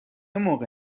موقع